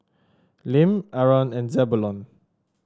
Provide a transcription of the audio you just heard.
Lim Aron and Zebulon